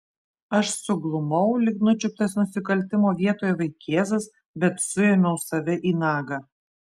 aš suglumau lyg nučiuptas nusikaltimo vietoje vaikėzas bet suėmiau save į nagą